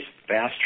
faster